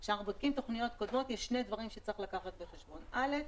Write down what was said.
יש שני דברים שצריך לקחת בחשבון: א',